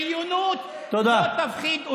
בריונות לא תפחיד אותנו.